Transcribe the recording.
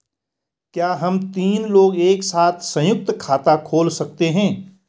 क्या हम तीन लोग एक साथ सयुंक्त खाता खोल सकते हैं?